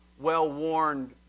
well-worn